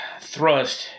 thrust